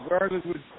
regardless